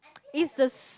is the s~